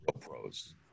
pros